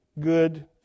good